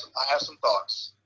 i have some thoughts,